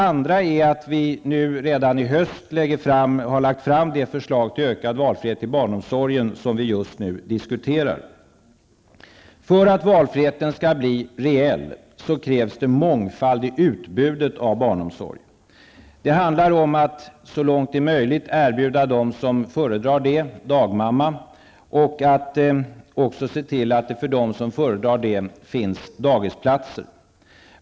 Vidare har vi redan nu i höst lagt fram det förslag till ökad valfrihet inom barnomsorgen som just nu diskuteras. För att valfriheten skall bli reell krävs det en mångfald i utbudet i barnomsorg. Det handlar om att så långt det är möjligt erbjuda en dagmamma i de fall där detta föredras och att se till att det finns dagisplatser för dem som föredrar sådana.